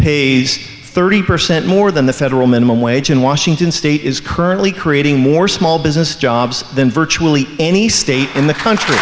pays thirty percent more than the federal minimum wage in washington state is currently creating more small business jobs than virtually any state in the country